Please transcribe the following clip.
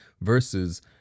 versus